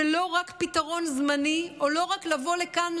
ולא רק בפתרון זמני או רק לבוא לכאן,